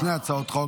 שתי הצעות חוק,